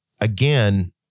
again